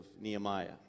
Nehemiah